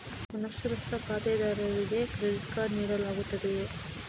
ಅನಕ್ಷರಸ್ಥ ಖಾತೆದಾರರಿಗೆ credit card ನೀಡಲಾಗುತ್ತದೆಯೇ?